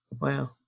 Wow